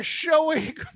showing